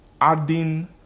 adding